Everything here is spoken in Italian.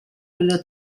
quello